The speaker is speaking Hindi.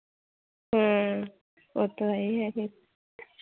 हाँ वो तो है ही है फिर